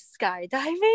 skydiving